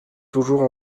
toujours